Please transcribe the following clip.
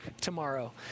tomorrow